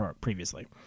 previously